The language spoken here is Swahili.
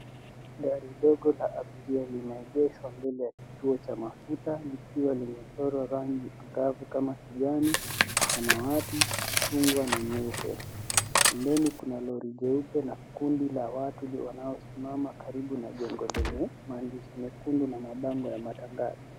Gari dogo la abiria limeegeshwa mbele ya kituo cha mafuta likiwa limechorwa rangi angavu kama kijani, samawati, chungwa na nyeupe. Pembeni kuna lori jeupe na kundi la watu wanaosimama karibu na jengo lenye maandishi nyekundu na mabango ya matangazo.